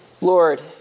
Lord